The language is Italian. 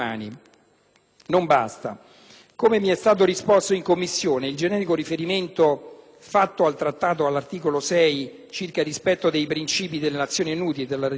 Non basta, come mi è stato risposto in Commissione, il generico riferimento fatto dal Trattato all'articolo 6 circa il rispetto dei princìpi delle Nazioni Unite e della Dichiarazione universale